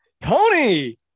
Tony